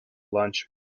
lunch